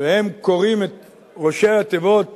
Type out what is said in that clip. וקוראים את ראשי התיבות